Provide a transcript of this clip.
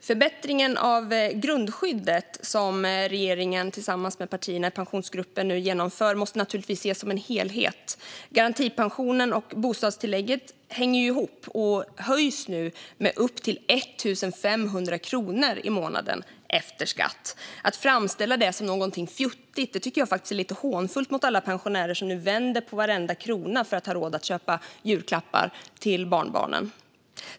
Förbättringarna av grundskyddet, som regeringen tillsammans med partierna i Pensionsgruppen nu genomför, måste naturligtvis ses som en helhet. Garantipensionen och bostadstillägget hänger ihop och höjs nu med upp till 1 500 kronor i månaden efter skatt. Att framställa detta som någonting fjuttigt tycker jag faktiskt är lite hånfullt mot alla pensionärer som nu vänder på varenda krona för att ha råd att köpa julklappar till barnbarnen.